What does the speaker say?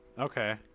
okay